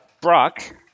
Brock